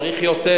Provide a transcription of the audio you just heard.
צריך יותר,